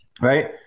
right